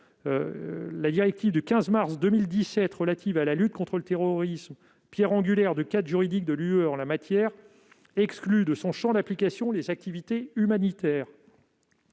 la directive du 15 mars 2017 relative à la lutte contre le terrorisme, pierre angulaire du cadre juridique de l'Union européenne en la matière, exclut bien de son champ d'application les activités humanitaires.